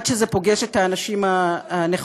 עד שזה פוגש את האנשים הנכונים,